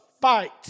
fight